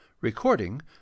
Recording